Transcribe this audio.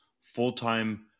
full-time